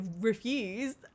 refused